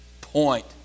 point